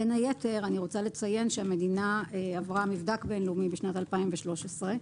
בין היתר אני רוצה לציין שהמדינה עברה מבדק בין-לאומי בשנת 2013,